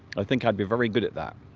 i think i'd be very good at that